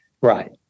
Right